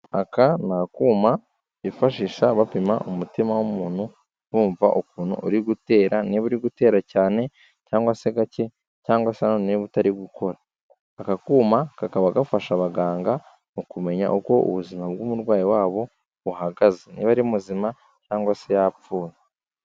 Aka ni akuma bifashisha bapima umutima w'umuntu bumva ukuntu uri gutera, niba uri gutera cyane cyangwa se gake cyangwa se nanone niba utari gukora, aka kuma kakaba gafasha abaganga mu kumenya uko ubuzima bw'umurwayi wabo buhagaze, niba ari muzima cyangwa se yapfuye